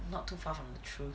not too far from the truth